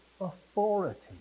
authority